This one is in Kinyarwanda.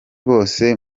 bose